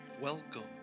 Welcome